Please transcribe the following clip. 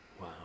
Wow